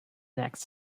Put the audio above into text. next